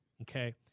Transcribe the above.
okay